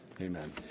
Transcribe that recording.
Amen